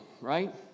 Right